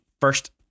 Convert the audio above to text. first